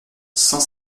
cent